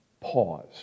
pause